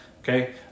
okay